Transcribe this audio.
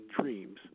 dreams